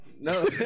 No